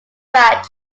pratt